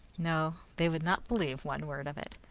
no! they would not believe one word of it!